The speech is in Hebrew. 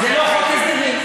שזה לא חוק הסדרים,